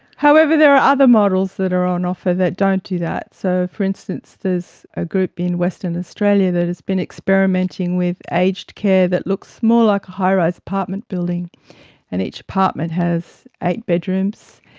however, there are other models that are on offer that don't do that. so, for instance, there's a group in western australia that has been experimenting with aged care that looks more like a high-rise apartment building and each apartment has eight bedrooms,